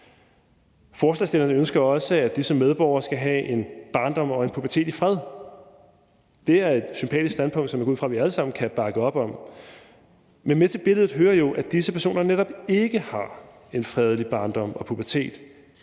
Forslagsstillerne ønsker også, at disse medborgere skal have en barndom og pubertet i fred. Det er et sympatisk standpunkt, som jeg går ud fra vi alle sammen kan bakke op om, men med til billedet hører jo, at disse personer netop ikke har en fredelig barndom og pubertet,